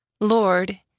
Lord